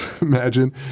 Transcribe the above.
imagine